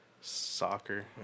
soccer